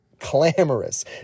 clamorous